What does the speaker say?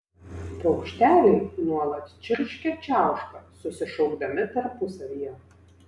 paukšteliai nuolat čirškia čiauška susišaukdami tarpusavyje